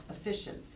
efficient